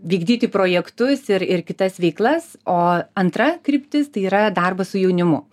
vykdyti projektus ir ir kitas veiklas o antra kryptis tai yra darbas su jaunimu